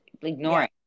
ignoring